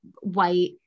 white